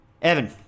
Evan